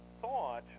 thought